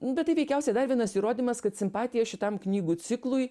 bet tai veikiausiai dar vienas įrodymas kad simpatiją šitam knygų ciklui